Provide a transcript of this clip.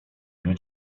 mnie